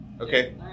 Okay